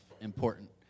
important